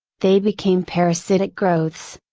they became parasitic growths,